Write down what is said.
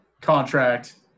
contract